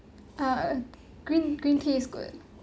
ah green green tea is good